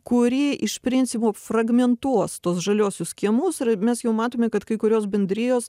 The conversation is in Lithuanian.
kuri iš principo fragmentuos tuos žaliuosius kiemus ir mes jau matome kad kai kurios bendrijos